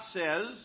says